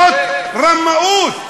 זאת רמאות.